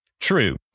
true